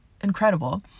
incredible